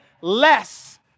less